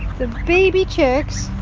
the baby chicks